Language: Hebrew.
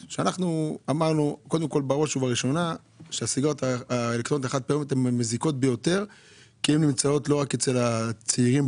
שאמרנו שהן המזיקות ביותר כי הן נמצאות לא רק אצל הצעירים,